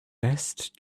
best